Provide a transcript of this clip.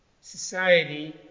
society